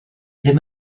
ddim